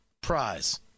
prize